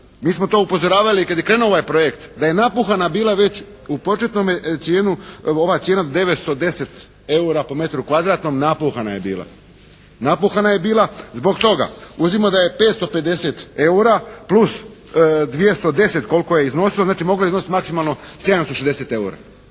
mi smo to upozoravali kad je krenuo ovaj projekt da je napuhana bila već u početnome ova cijena 910 eura po metru kvadratnom, napuhana je bila. Zbog toga uzmimo da je 550 eura plus 210 koliko je iznosio, znači moglo je iznositi maksimalno 760 eura.